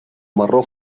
marró